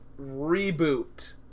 reboot